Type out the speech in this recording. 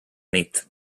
nit